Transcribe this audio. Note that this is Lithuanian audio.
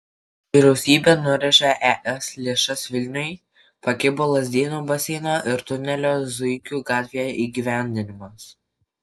vyriausybė nurėžė es lėšas vilniui pakibo lazdynų baseino ir tunelio zuikių gatvėje įgyvendinimas